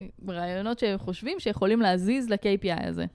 רעיונות שהם חושבים שיכולים להזיז ל-KPI הזה.